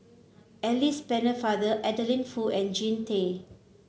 Alice Pennefather Adeline Foo and Jean Tay